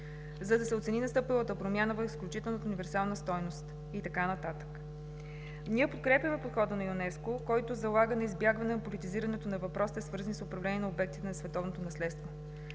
за да се оцени настъпилата промяна, която е изключително универсална стойност, и така нататък. Ние подкрепяме подхода на ЮНЕСКО, който залага на избягването на политизиране на въпросите, свързани с управление на обектите на Световното наследство.